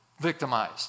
Victimized